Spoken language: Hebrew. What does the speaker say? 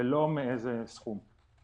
ולא מאיזה סכום.